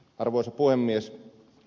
arvoisa puhemies